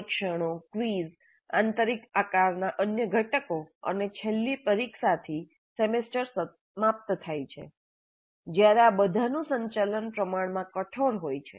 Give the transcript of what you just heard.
પરીક્ષણો ક્વિઝ આંતરિક આકારના અન્ય ઘટકો અને છેલ્લે પરીક્ષાથી સેમેસ્ટર સમાપ્ત થાય છે જ્યારે આ બધા નું સંચાલન પ્રમાણમાં કઠોર હોય છે